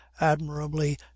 admirably